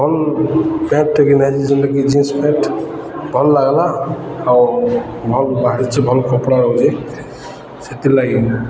ଭଲ୍ ପ୍ୟାଣ୍ଟଟେ କିଣା ଜିନ୍ସ ପ୍ୟାଣ୍ଟ ଭଲ୍ ଲାଗ୍ଲା ଆଉ ଭଲ୍ ବାହାରିଛି ଭଲ୍ କପଡ଼ା ସେଥିର୍ ଲାଗି